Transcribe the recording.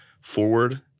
forward